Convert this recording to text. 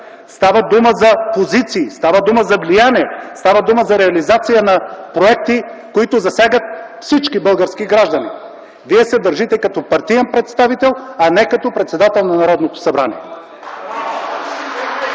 става дума за позиции, става дума за влияние, става дума за реализацията на проекти, които засягат всички български граждани. Вие се държите като партиен представител, а не като председател на Народното събрание.